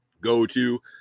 go-to